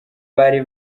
bari